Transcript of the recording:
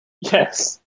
Yes